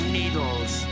needles